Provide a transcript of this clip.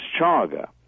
Chaga